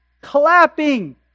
clapping